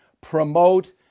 promote